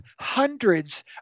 hundreds